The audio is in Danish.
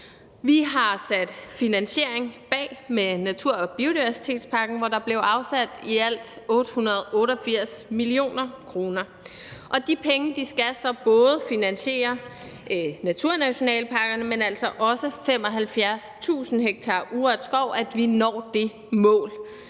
Vi har sat finansiering bag med natur- og biodiversitetspakken, hvor der blev afsat i alt 888 mio. kr., og de penge skal så både finansiere naturnationalparkerne, men altså også 75.000 ha urørt skov – at vi når det mål.